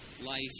Life